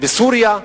ובסוריה.